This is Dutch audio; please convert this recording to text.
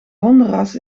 hondenras